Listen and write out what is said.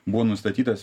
buvo nustatytas